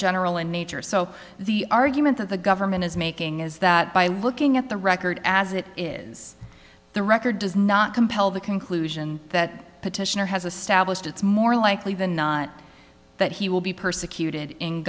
general in nature so the argument that the government is making is that by looking at the record as it is the record does not compel the conclusion that petitioner has a stablished it's more likely than not that he will be persecuted